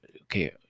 Okay